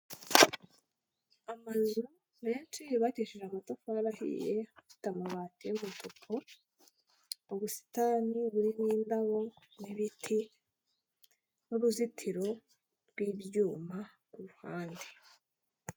Amazu menshi yubakishije amatafari ahiye, afite amabati y'umutuku, ubusitani burimo indabo n'ibiti n'uruzitiro rw'ibyuma ku ruhande.